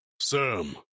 Sam